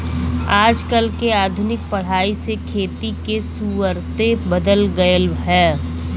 आजकल के आधुनिक पढ़ाई से खेती के सुउरते बदल गएल ह